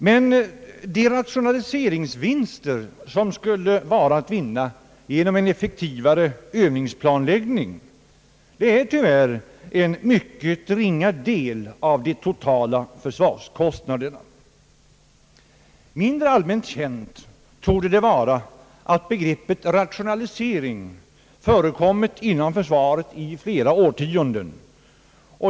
Men de rationaliseringsvinster, som skulle vara att vinna genom en effektivare Öövningsplanläggning, är tyvärr en mycket ringa del av de totala försvarskostnaderna. Det torde vara mindre allmänt känt att begreppet rationalisering förekommit inom försvaret i flera årtionden.